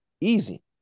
Easy